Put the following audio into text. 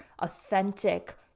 Authentic